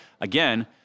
again